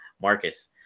Marcus